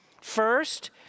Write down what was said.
First